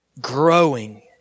growing